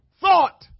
thought